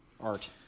art